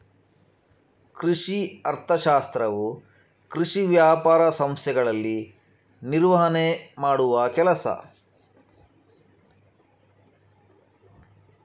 ಕೃಷಿ ಅರ್ಥಶಾಸ್ತ್ರವು ಕೃಷಿ ವ್ಯಾಪಾರ ಸಂಸ್ಥೆಗಳಲ್ಲಿ ನಿರ್ವಹಣೆ ಮಾಡುವ ಕೆಲಸ